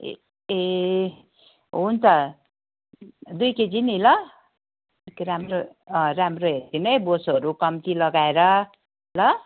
ए ए हुन्छ दुई केजी नि ल अलिक राम्रो राम्रो हेरिदिनु है बोसोहरू कम्ति लगाएर ल